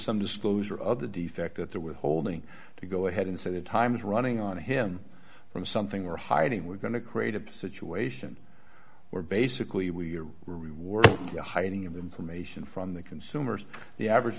some disclosure of the defect that they're withholding to go ahead and say the time is running on him from something or hiding we're going to create a situation where basically we reward the hiding of information from the consumers the average